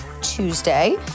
Tuesday